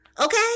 Okay